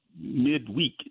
midweek